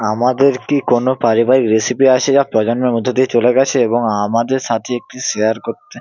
আমাদের কি কোনও পারিবারিক রেসিপি আছে যা প্রজন্মের মধ্য দিয়ে চলে গেছে এবং আমাদের সাথে একটি শেয়ার করতে